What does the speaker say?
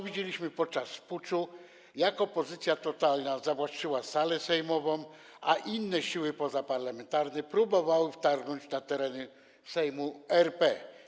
Widzieliśmy podczas puczu, jak opozycja totalna zawłaszczyła salę sejmową, a inne siły pozaparlamentarne próbowały wtargnąć na teren Sejmu RP.